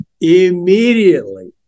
immediately